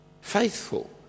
faithful